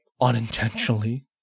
unintentionally